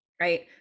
Right